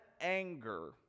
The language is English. anger